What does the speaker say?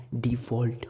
default